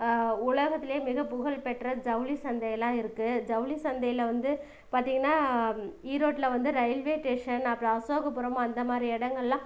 உலகத்துல மிக புகழ் பெற்ற ஜவுளி சந்தையெல்லாம் இருக்கு ஜவுளி சந்தையில வந்து பார்த்திங்கனா ஈரோட்டில் வந்து ரயில்வே ஸ்டேஷன் அப்புறம் அசோகபுரம் அந்த மாதிரி இடங்கள்லாம்